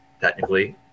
technically